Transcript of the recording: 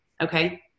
Okay